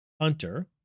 Hunter